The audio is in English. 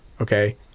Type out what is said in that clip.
okay